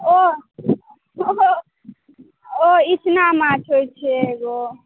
ओ ओ इचना माछ होइत छै एगो